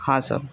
હા સર